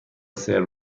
سرو